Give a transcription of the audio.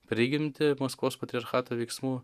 prigimtį maskvos patriarchato veiksmų